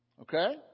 Okay